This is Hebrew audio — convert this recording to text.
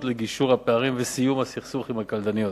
לגישור על הפערים ולסיום הסכסוך עם הקלדניות.